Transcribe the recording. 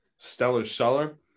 STELLARSEller